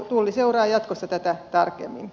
tulli seuraa jatkossa tätä tarkemmin